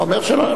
הוא אומר שלא.